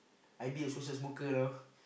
I deal with social smoker now